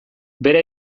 bere